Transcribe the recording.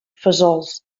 fesols